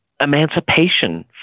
emancipation